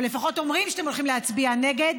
או לפחות אומרים שאתם הולכים להצביע נגד,